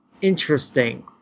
interesting